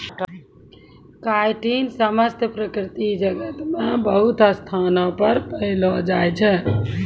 chitin समस्त प्रकृति जगत मे बहुते स्थानो पर पैलो जाय छै